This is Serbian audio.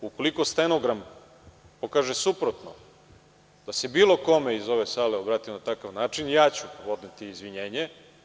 Ukoliko stenogram pokaže suprotno, da se bilo kome iz ove sale obratim na takav način ja ću podneti izvinjenje.